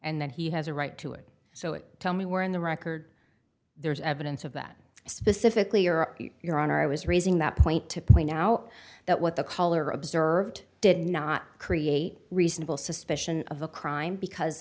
and that he has a right to it so it tell me where in the record there is evidence of that specifically or your honor i was raising that point to point now that what the caller observed did not create reasonable suspicion of the crime because